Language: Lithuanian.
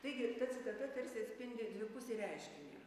taigi ta citata tarsi atspindi dvipusį reiškinį